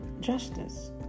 justice